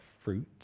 fruit